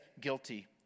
guilty